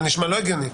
זה נשמע לא הגיוני.